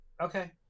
Okay